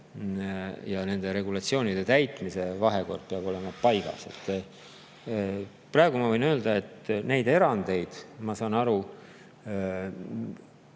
ja nende regulatsioonide täitmise vahekord peab olema paigas. Praegu ma võin öelda, et erandeid, ma saan aru,